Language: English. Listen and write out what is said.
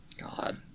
God